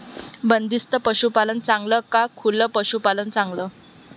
बंदिस्त पशूपालन चांगलं का खुलं पशूपालन चांगलं?